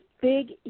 big